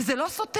וזה לא סותר.